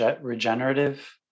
regenerative